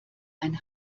ein